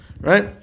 Right